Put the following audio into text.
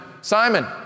Simon